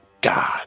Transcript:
God